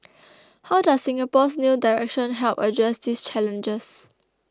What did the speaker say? how does Singapore's new direction help address these challenges